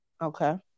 Okay